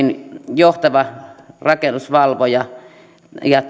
johtava rakennusvalvoja ja